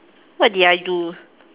what did I do